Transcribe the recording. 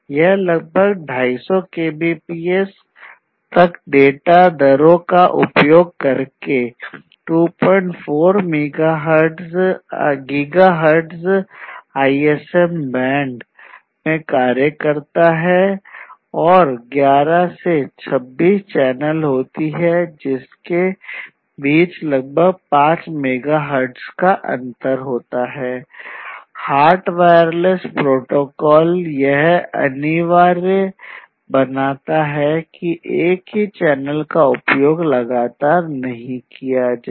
यह लगभग 250 kbps तक डेटा दरों का उपयोग करके 24 गीगाहर्ट्ज़ आईएसएम बैंड का उपयोग लगातार नहीं किया जाए